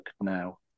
now